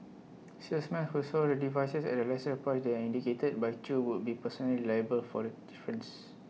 salesmen who sold the devices at A lesser price than indicated by chew would be personally liable for the difference